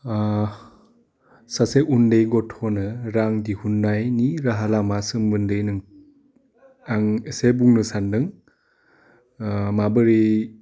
ओह सासे उन्दै गथ'नो रां दिहुनायनि राहा लामा सोमोन्दै आं एसे बुंनो सानदों ओह माबोरै